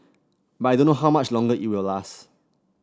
but I don't know how much longer it will last